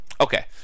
Okay